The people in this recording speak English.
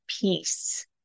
peace